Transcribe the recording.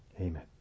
Amen